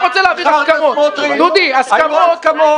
חבר הכנסת סמוטריץ', היו הסכמות.